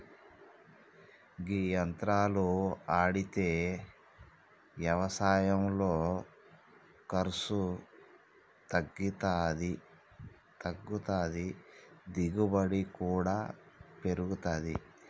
గీ యంత్రాలు ఆడితే యవసాయంలో ఖర్సు తగ్గుతాది, దిగుబడి కూడా పెరుగుతాది